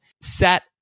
set